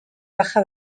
baja